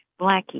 blackie